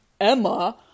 Emma